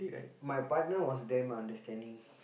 my partner was damn understanding